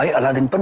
ah aladdin but